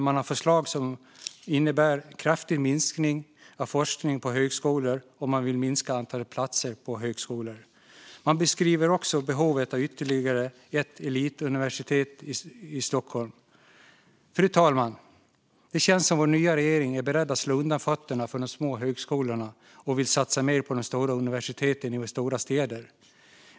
Man har förslag som innebär en kraftig minskning av forskningen på högskolor, och man vill minska antalet platser på högskolor. Man beskriver också ett behov av ytterligare ett elituniversitet i Stockholm. Fru talman! Det känns som att vår nya regering är beredd att slå undan fötterna för de små högskolorna och vill satsa mer på de stora universiteten i våra stora städer.